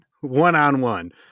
One-on-one